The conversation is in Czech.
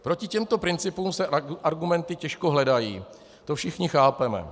Proti těmto principům se argumenty těžko hledají, to všichni chápeme.